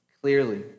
clearly